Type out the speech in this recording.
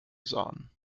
sahen